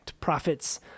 profits